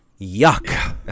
Yuck